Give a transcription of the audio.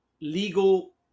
legal